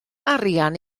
arian